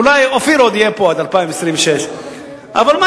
אולי אופיר עוד יהיה פה עד 2026. אבל מה,